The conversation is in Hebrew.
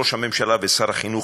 ראש הממשלה ושר החינוך,